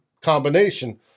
combination